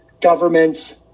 governments